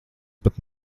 pat